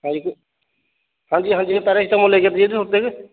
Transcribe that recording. ਹਾਂਜੀ ਹਾਂਜੀ ਹਾਂਜੀ ਪੈਰਾਸੀਟਾਮੌਲ ਲੈ